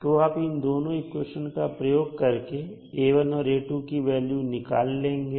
तो आप इन दोनों इक्वेशन का प्रयोग करके A1 और A2 की वैल्यू निकाल लेंगे